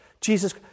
Jesus